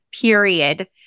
Period